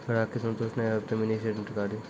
ग्राहक के संतुष्ट ने होयब ते मिनि स्टेटमेन कारी?